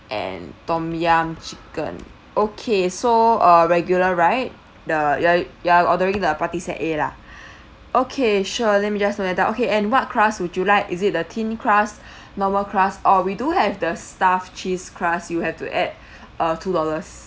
and tom yum chicken okay so uh regular right the you're you're ordering the party set A lah okay sure let me just note that down okay and what crust would you like is it the thin crust normal crust or we do have the stuffed cheese crust you have to add uh two dollars